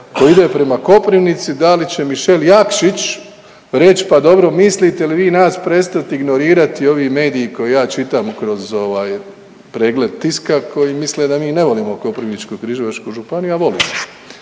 koji ide prema Koprivnici, da li će Mišel Jakšić reći, pa dobro, mislite li vi nas prestati ignorirati, ovi mediji koje ja čitam kroz ovaj, pregled tiska koji misle da mi ne volimo Koprivničko-križevačku županiju, a volim.